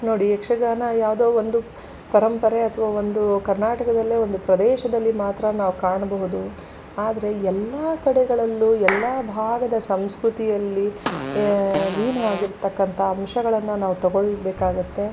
ನೋಡಿ ಯಕ್ಷಗಾನ ಯಾವುದೋ ಒಂದು ಪರಂಪರೆ ಅಥವಾ ಒಂದು ಕರ್ನಾಟಕದಲ್ಲೇ ಒಂದು ಪ್ರದೇಶದಲ್ಲಿ ಮಾತ್ರ ನಾವು ಕಾಣಬಹುದು ಆದರೆ ಎಲ್ಲ ಕಡೆಗಳಲ್ಲೂ ಎಲ್ಲ ಭಾಗದ ಸಂಸ್ಕೃತಿಯಲ್ಲಿ ಲೀನವಾಗಿರ್ತಕ್ಕಂಥ ಅಂಶಗಳನ್ನು ನಾವು ತೊಗೊಳ್ಬೇಕಾಗುತ್ತೆ